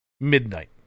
Midnight